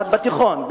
למד בתיכון,